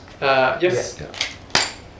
Yes